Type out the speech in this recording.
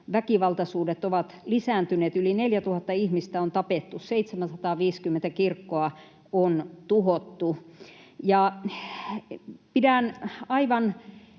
väkivaltaisuudet ovat lisääntyneet, yli 4 000 ihmistä on tapettu ja 750 kirkkoa on tuhottu. Pidän aivan